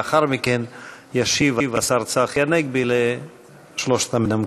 לאחר מכן ישיב השר צחי הנגבי לשלושת המנמקים.